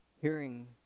hearing